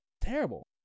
Terrible